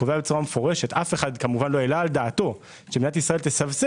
קובע מפורשות אף אחד לא העלה על דעתו שמדינת ישראל תסבסד